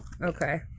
Okay